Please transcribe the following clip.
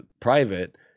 private